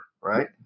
right